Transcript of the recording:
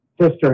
sister